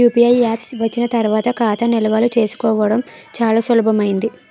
UPI apps వచ్చిన తర్వాత ఖాతా నిల్వలు తెలుసుకోవడం చాలా సులభమైంది